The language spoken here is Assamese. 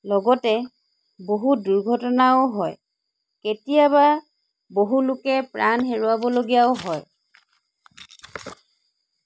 লগতে বহুত দুৰ্ঘটনাও হয় কেতিয়াবা বহু লোকে প্ৰাণ হেৰুৱাবলগাও হয়